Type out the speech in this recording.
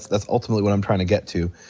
that's ultimately what i'm trying to get to.